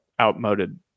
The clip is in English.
outmoded